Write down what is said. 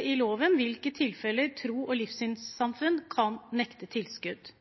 i loven i hvilke tilfeller tros- og livssynssamfunn kan nektes tilskudd.